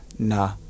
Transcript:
Nah